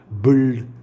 build